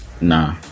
Nah